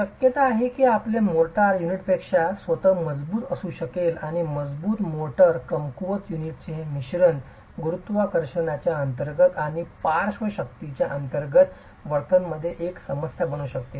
शक्यता आहे की आपले मोर्टार युनिटपेक्षा स्वतःच मजबूत असू शकेल आणि मजबूत मोर्टार कमकुवत युनिटचे हे मिश्रण गुरुत्वाकर्षणाच्या अंतर्गत आणि पार्श्व शक्तींच्या अंतर्गत वर्तनमध्ये एक समस्या असू शकते